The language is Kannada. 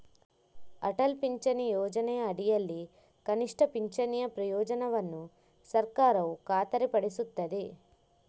ಅಟಲ್ ಪಿಂಚಣಿ ಯೋಜನೆಯ ಅಡಿಯಲ್ಲಿ ಕನಿಷ್ಠ ಪಿಂಚಣಿಯ ಪ್ರಯೋಜನವನ್ನು ಸರ್ಕಾರವು ಖಾತರಿಪಡಿಸುತ್ತದೆ